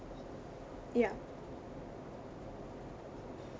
ya